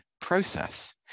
process